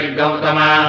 Gautama